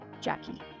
Jackie